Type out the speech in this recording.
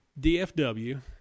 DFW